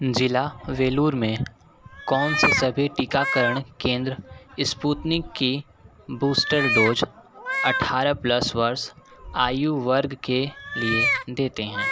ज़िला वेलूर में कौन से सभी टीकाकरण केंद्र इस्पुतनिक की बूस्टर डोज अट्ठारह प्लस वर्ष आयु वर्ग के लिए देते हैं